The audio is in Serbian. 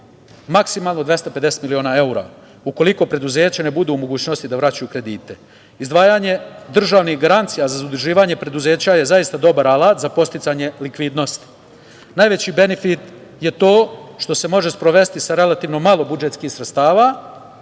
maksimalno 250 miliona evra, ukoliko preduzeća ne budu u mogućnosti da vraćaju kredite. Izdvajanje državnih garancija za zaduživanje preduzeća je zaista dobar alat za postizanje likvidnosti. Najveći benifit je to što se može sprovesti sa relativno malo budžetskih sredstava